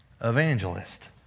evangelist